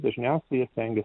dažniausiai jie stengias